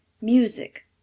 music